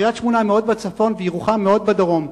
קריית-שמונה היא מאוד בצפון וירוחם מאוד בדרום.